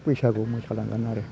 बैसागु मोसालांगोन आरो